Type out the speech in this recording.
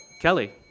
Kelly